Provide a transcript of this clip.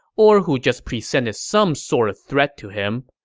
or who just presented some sort of threat to him.